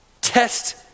test